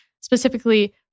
specifically